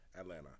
Atlanta